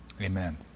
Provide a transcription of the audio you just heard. amen